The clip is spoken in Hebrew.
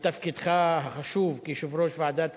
בתפקידך החשוב כיושב-ראש ועדת הכלכלה,